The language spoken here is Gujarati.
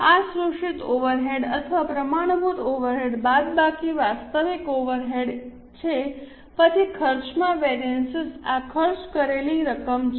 આ શોષિત ઓવરહેડ અથવા પ્રમાણભૂત ઓવરહેડ બાદબાકી વાસ્તવિક ઓવરહેડ છે પછી ખર્ચમાં વેરિઅન્સ આ ખર્ચ કરેલી રકમ છે